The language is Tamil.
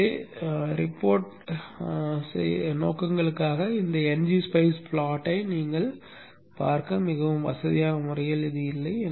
எனவே ஆவணப்படுத்தல் நோக்கங்களுக்காக இந்த n g spice ப்லாட் நீங்கள் பார்க்க மிகவும் வசதியான முறையில் இல்லை